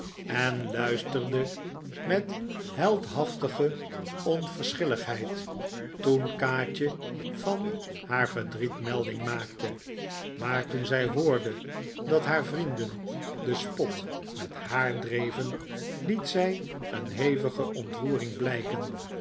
en luisterde met heldhaftige onverschilligheid toen kaatje van haar verdriet melding maakte maar toen zij hoorde dat haar vrienden den spot met haar dreven liet zij een hevige ontroering blijken